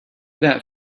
that